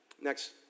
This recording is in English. Next